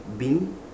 bin